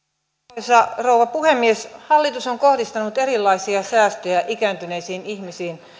arvoisa rouva puhemies hallitus on kohdistanut erilaisia säästöjä ikääntyneisiin ihmisiin